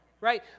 Right